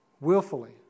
willfully